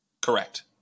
correct